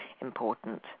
important